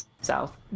south